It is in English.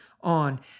on